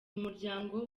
umuryango